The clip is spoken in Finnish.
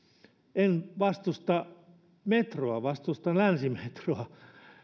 en vastusta metroa vastustan länsimetroa